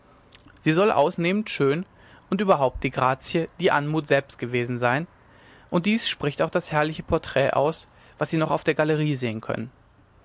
sie soll ausnehmend schön und überhaupt die grazie die anmut selbst gewesen sein und dies spricht auch das herrliche porträt aus was sie noch auf der galerie sehen können